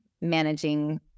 managing